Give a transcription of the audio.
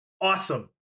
Awesome